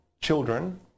children